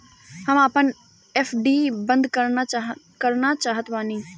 हम आपन एफ.डी बंद करना चाहत बानी